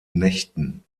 nächten